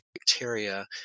bacteria